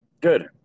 Good